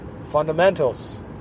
fundamentals